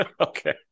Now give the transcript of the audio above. Okay